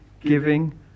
giving